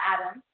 Adam